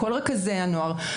כל רכזי הנוער,